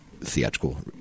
theatrical